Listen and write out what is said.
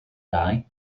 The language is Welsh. dau